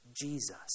Jesus